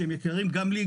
שהם יקרים גם לי,